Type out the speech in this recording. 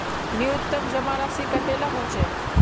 न्यूनतम जमा राशि कतेला होचे?